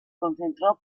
concentró